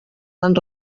van